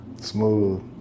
Smooth